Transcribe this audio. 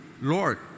Lord